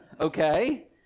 okay